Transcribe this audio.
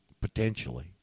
Potentially